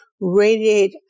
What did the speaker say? radiate